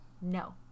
No